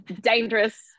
dangerous